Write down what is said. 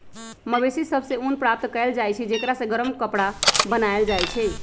मवेशि सभ से ऊन प्राप्त कएल जाइ छइ जेकरा से गरम कपरा बनाएल जाइ छइ